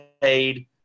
paid